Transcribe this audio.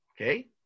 Okay